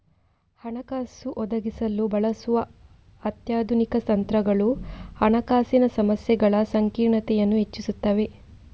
ಹಣಕಾಸು ಒದಗಿಸಲು ಬಳಸುವ ಅತ್ಯಾಧುನಿಕ ತಂತ್ರಗಳು ಹಣಕಾಸಿನ ಸಮಸ್ಯೆಗಳ ಸಂಕೀರ್ಣತೆಯನ್ನು ಹೆಚ್ಚಿಸುತ್ತವೆ